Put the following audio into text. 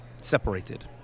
Separated